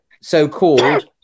so-called